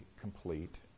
complete